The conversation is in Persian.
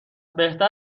بهتر